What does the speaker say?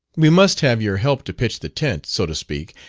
we must have your help to pitch the tent, so to speak,